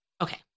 Okay